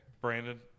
Brandon